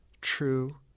true